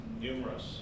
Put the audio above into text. numerous